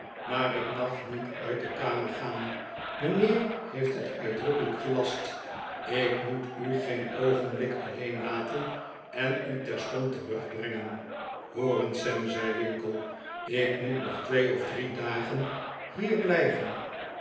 maar ik mag niet uit de kamer gaan mijnheer heeft het uitdrukkelijk gelast ik moet u geen oogenblik alleen laten en u terstond terugbrengen hoor eens sam zei winkle ik moet nog twee of drie dagen hier blijven